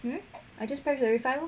hmm I just press verify lor